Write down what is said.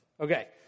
Okay